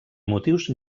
motius